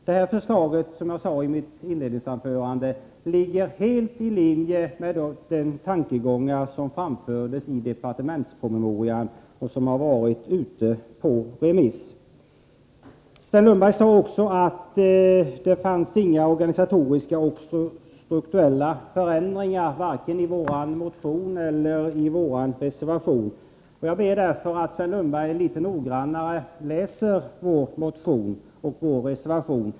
Vårt förslag ligger, som jag sade i mitt inledningsanförande, helt i linje med de tankegångar som framfördes i departementspromemorian, som har varit ute på remiss. Sven Lundberg sade också att det inte föreslogs några organisatoriska eller strukturella förändringar, vare sig i vår motion eller i vår reservation. Jag ber därför att Sven Lundberg litet noggrannare läser vår motion och vår reservation.